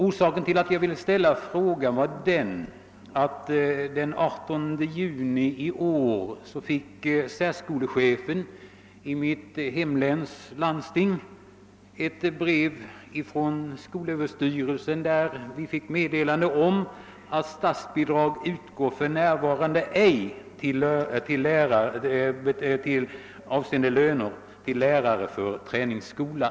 Orsaken till att jag ställt frågan är att särskolechefen inom landstinget i mitt hemlän den 18 juni i år fick ett brev från skolöverstyrelsen med meddelande om att statsbidrag avseende löner till lärare för träningsskola för närvarande ej utgår.